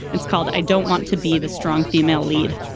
it's called i don't want to be the strong female lead